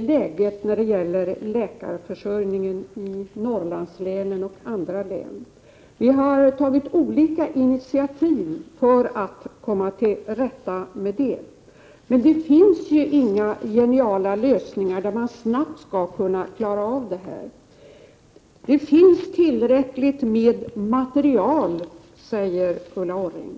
läget vad gäller läkarförsörjningen i Norrlandslänen och andra län. Vi har tagit olika initiativ för att komma till rätta med den saken. Men det finns inga geniala lösningar på hur vi snabbt kan klara av det här. Det finns tillräckligt med material, säger Ulla Orring. Ja, men det finns Prot.